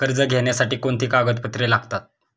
कर्ज घेण्यासाठी कोणती कागदपत्रे लागतात?